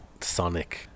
Sonic